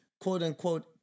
quote-unquote